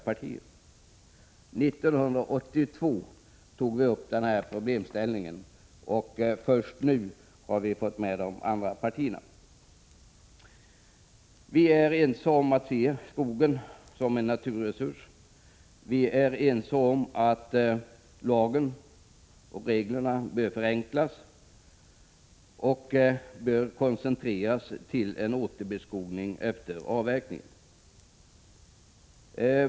1982 tog moderaterna upp problemet, men först nu har vi fått med de andra borgerliga partierna. Vi är ense om att man bör se skogen som en naturresurs. Enligt vår mening bör lagen och reglerna förenklas och koncentreras på en återbeskogning efter avverkningen.